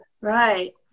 Right